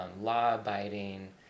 law-abiding